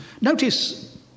Notice